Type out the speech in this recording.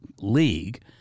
league